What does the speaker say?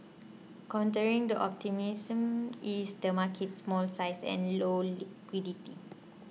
countering the optimism is the market's small size and low liquidity